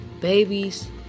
Babies